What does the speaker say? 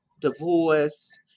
divorce